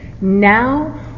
now